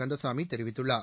கந்தசாமி தெரிவித்துள்ளார்